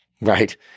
right